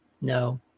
no